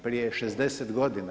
Prije 60 godina.